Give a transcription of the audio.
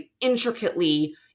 Intricately